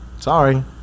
Sorry